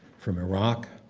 from iraq,